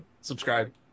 subscribe